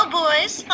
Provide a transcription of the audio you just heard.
boys